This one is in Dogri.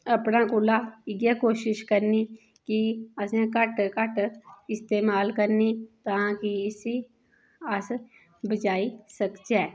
अपना कोला इ'यै कोशिश करनी कि असें घट्ट घट्ट इस्तमाल करनी तां कि इसी अस बचाई सकचै